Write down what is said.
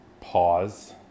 pause